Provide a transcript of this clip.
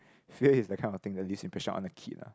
fear is the kind of thing that leaves impression on a kid lah